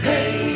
Hey